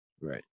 Right